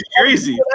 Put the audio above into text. crazy